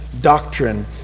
doctrine